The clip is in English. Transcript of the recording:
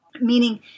Meaning